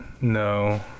No